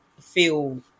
feel